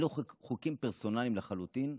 אלו חוקים פרסונליים לחלוטין,